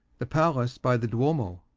the palace by the duoino.